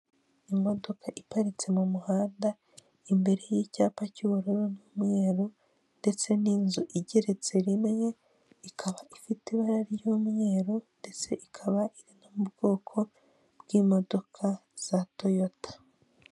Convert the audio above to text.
Urubuga rwitwa eni ero eyi cyangwa nashono landi otoriti, rwifashishwa muri repubulika y'u Rwanda, aho itanga ku buryo bwihuse amakuru y'ingenzi ku butaka.